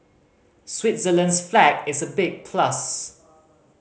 Switzerland's flag is a big plus